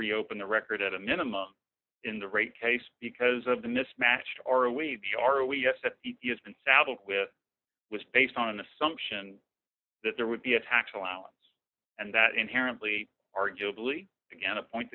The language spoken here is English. reopen the record at a minimum in the rate case because of the mismatch are we are we yes that you have been saddled with was based on an assumption that there would be a tax allowance and that inherently arguably again a point